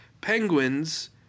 Penguins